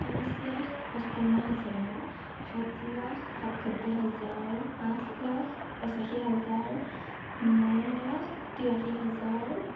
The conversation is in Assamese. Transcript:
পাঁচ লাখ পঁচপন্ন হাজাৰ সাত লাখ সাতসত্তৰ হাজাৰ আঠ লাখ পঁচাশী হাজাৰ ন লাখ তিৰাশী হাজাৰ